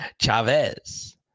Chavez